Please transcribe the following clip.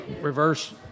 reverse